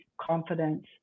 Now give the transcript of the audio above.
confidence